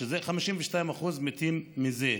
ש-52% מתים מזה,